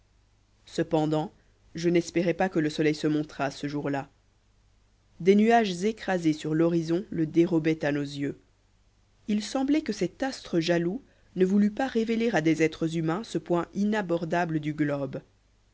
cependant je n'espérais pas que le soleil se montrât ce jour-là des nuages écrasés sur l'horizon le dérobaient à nos yeux il semblait que cet astre jaloux ne voulût pas révéler à des êtres humains ce point inabordable du globe